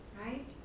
Right